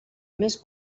més